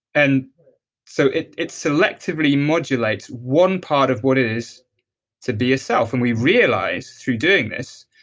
and so it it selectively modulator one part of what it is to be yourself. and we realized through doing this,